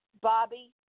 Bobby